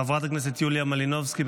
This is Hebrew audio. חברת הכנסת יוליה מלינובסקי,